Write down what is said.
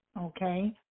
Okay